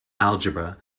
algebra